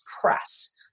press